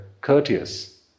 courteous